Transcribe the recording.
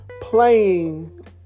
playing